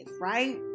right